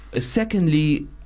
secondly